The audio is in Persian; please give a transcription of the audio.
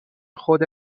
خود